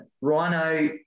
Rhino